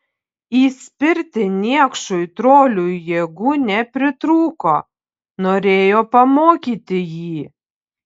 įspirti niekšui troliui jėgų nepritrūko norėjo pamokyti jį